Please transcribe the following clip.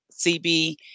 CB